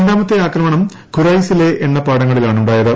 രണ്ടാമത്തെ ആക്രമണം ഖുറൈസിലെ എണ്ണപ്പാടങ്ങളിലാണ് ഉണ്ടായത്